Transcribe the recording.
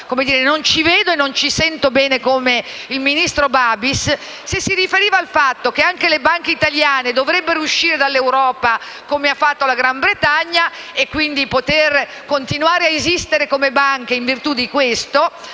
non ci vedo e non ci sento bene come il ministro Babis, se egli si riferisse al fatto che anche le banche italiane dovrebbero uscire dall'Europa come ha fatto la Gran Bretagna e quindi poter continuare ad esistere come banche in virtù di questa